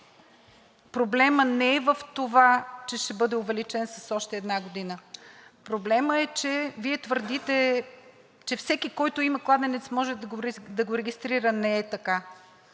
проблемът не е в това, че ще бъде увеличен с още една година. Проблемът е, че Вие твърдите, че всеки, който има кладенец, може да го регистрира – не е така.